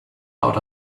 out